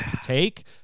take